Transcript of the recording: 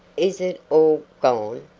is it all gone,